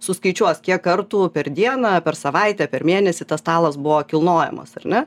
suskaičiuos kiek kartų per dieną per savaitę per mėnesį tas stalas buvo kilnojamas ar ne